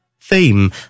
theme